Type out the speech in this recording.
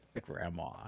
grandma